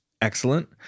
Excellent